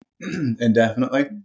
indefinitely